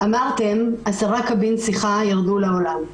"אמרתם עשרה קבין ירדו לעולם,